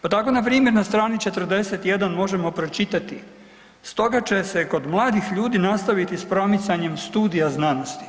Pa tako npr. na strani 41 možemo pročitati „stoga će se kod mladih ljudi nastaviti s promicanjem studija znanosti“